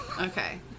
Okay